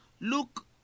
Look